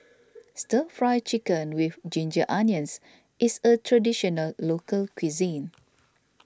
Stir Fry Chicken with Ginger Onions is a Traditional Local Cuisine